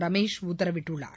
ரமேஷ் உத்தரவிட்டுள்ளார்